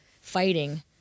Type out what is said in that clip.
fighting